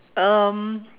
um